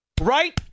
right